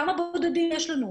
כמה בודדים יש לנו?